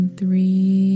three